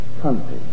country